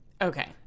Okay